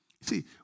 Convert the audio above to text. See